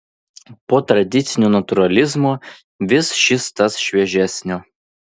po tradicinio natūralizmo vis šis tas šviežesnio